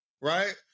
right